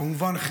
כמובן,